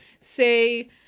say